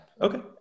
Okay